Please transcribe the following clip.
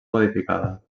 modificada